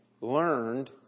learned